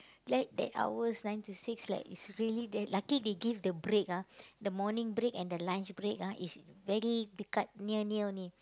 like that hours nine to six like is really that lucky they give the break ah the morning break and the lunch break ah is very big but near near only